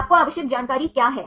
आपको आवश्यक जानकारी क्या है